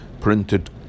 printed